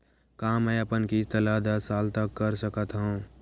का मैं अपन किस्त ला दस साल तक कर सकत हव?